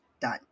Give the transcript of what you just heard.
Done